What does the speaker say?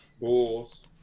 Bulls